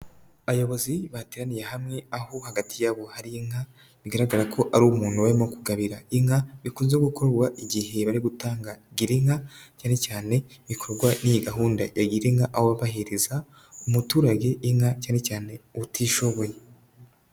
Abayobozi bateraniye hamwe aho hagati yabo hari inka, bigaragara ko ari umuntu barimo kugabira inka, bikunze gukorwa igihe bari gutanga gira inka cyane cyane ikorwa n'iyi gahunda ya gira inka aho baba bahereza umuturage inka cyane cyane utishoboye.